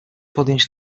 podjąć